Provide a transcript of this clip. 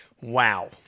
Wow